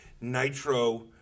nitro